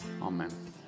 amen